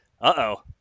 uh-oh